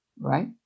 right